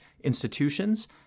institutions